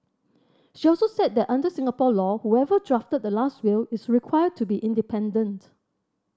she also said that under Singapore law whoever drafted the last will is required to be independent